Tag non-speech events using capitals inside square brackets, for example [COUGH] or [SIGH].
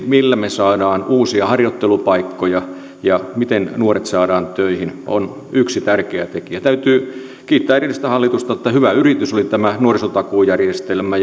millä me saamme uusia harjoittelupaikkoja ja miten nuoret saadaan töihin ovat yksi tärkeä tekijä täytyy kiittää edellistä hallitusta että hyvä yritys oli tämä nuorisotakuujärjestelmä [UNINTELLIGIBLE]